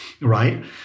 right